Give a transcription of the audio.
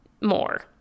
more